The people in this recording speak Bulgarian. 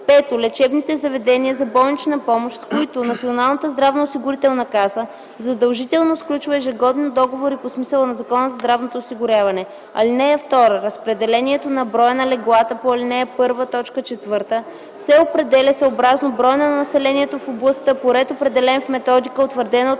5. лечебните заведения за болнична помощ, с които Националната здравноосигурителна каса задължително сключва ежегодно договори по смисъла на Закона за здравното осигуряване. (2) Разпределението на броя на леглата по ал. 1, т. 4 се определя съобразно броя на населението в областта по ред, определен в методика, утвърдена от